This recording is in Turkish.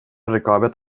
rekabet